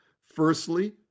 Firstly